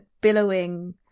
billowing